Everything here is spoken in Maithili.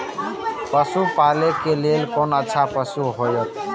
पशु पालै के लेल कोन अच्छा पशु होयत?